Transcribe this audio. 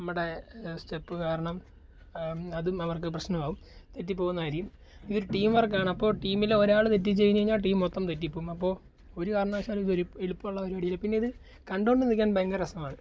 നമ്മുടെ സ്റ്റെപ്പ് കാരണം അതും അവർക്ക് പ്രശ്നം ആവും തെറ്റി പോകുന്നതായിരിക്കും ഈ ഒരു ടീം വർക്ക് ആണ് അപ്പോൾ ടീമിൽ ഒരാൾ തെറ്റിച്ച് കഴിഞ്ഞ് കഴിഞ്ഞാൽ ടീം മൊത്തം തെറ്റി പോവും അപ്പോൾ ഒരു കാരണവശാലും ഇതൊരു എളുപ്പമുള്ള പരിപാടിയല്ല പിന്നെ ഇത് കണ്ടുകൊണ്ട് നിൽക്കാൻ ഭയങ്കര രസമാണ്